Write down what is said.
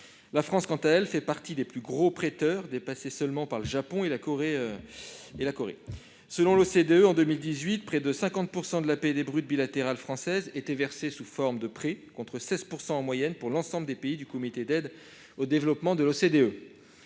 La France, quant à elle, fait partie des plus gros prêteurs, dépassée seulement par le Japon et la Corée du Sud. Selon l'OCDE, en 2018, près de 50 % de l'APD brute bilatérale française était versée sous forme de prêts, contre 16 % en moyenne pour l'ensemble des pays du Comité d'aide au développement (CAD) de l'OCDE.